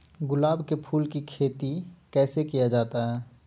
गुलाब के फूल की खेत कैसे किया जाता है?